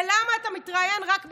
ולמה אתה מתראיין רק באנגלית?